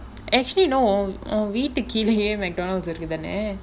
actually no err உன் வீட்டுக்கு கீழயே:un veettukku keelayae McDonald's இருக்குதானே:irukkuthaanae